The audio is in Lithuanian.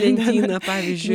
lentyna pavyzdžiui